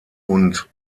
und